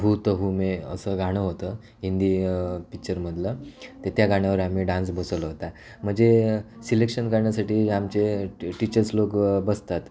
भूत हूं मे असं गाणं होतं हिन्दी पिच्चरमधलं ते त्या गाण्यावर आम्ही डान्स बसवला होता मजे सिलेक्शन करण्यासाठी आमचे टीचर्स लोकं बसतात